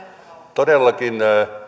todellakin